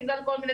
בגלל כל מיני